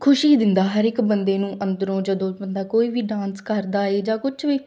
ਖੁਸ਼ੀ ਦਿੰਦਾ ਹਰ ਇੱਕ ਬੰਦੇ ਨੂੰ ਅੰਦਰੋਂ ਜਦੋਂ ਬੰਦਾ ਕੋਈ ਵੀ ਡਾਂਸ ਕਰਦਾ ਏ ਜਾਂ ਕੁਛ ਵੀ